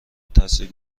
تاثیر